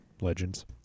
legends